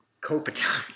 Kopitar